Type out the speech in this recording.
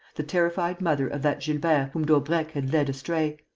the terrified mother of that gilbert whom daubrecq had led astray,